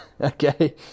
okay